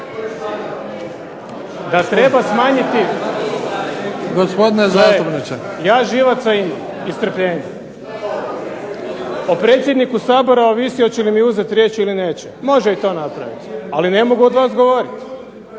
zastupniče … **Milanović, Zoran (SDP)** O predsjedniku Sabora ovisi hoće li mi uzeti riječ ili neće. Može i to napraviti, ali ne mogu od vas govoriti.